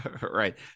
Right